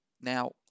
Now